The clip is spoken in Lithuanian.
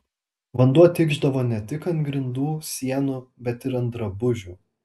vanduo tikšdavo ne tik ant grindų sienų bet ir ant drabužių